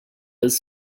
his